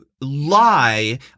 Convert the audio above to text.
lie